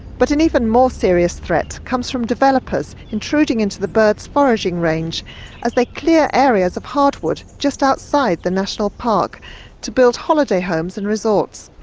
but an even more serious threat comes from developers intruding into the birds' foraging range as they clear areas of hardwood just outside the national park to build holiday homes and resorts.